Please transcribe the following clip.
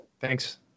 Thanks